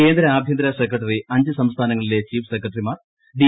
കേന്ദ്ര ആഭ്യന്തര സെക്രട്ടറി ് അഞ്ച് സംസ്ഥാനങ്ങളിലെ ചീഫ് സെക്രട്ടറിമാർ ഡി